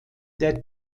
der